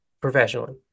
professionally